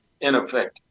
ineffective